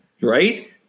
right